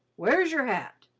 where's your hat?